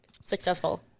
Successful